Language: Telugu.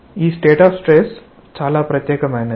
ఈ స్టేట్ ఆఫ్ స్ట్రెస్ చాలా ప్రత్యేకమైనది